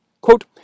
Quote